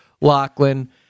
Lachlan